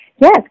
yes